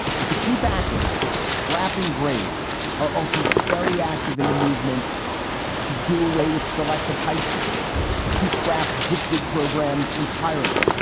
but the key backers of scrapping grades are also very active in the movement to do away with selective high schools to scrap gifted programs entirely.